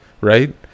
right